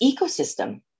ecosystem